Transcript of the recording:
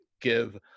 give